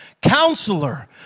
Counselor